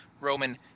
Roman